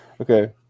Okay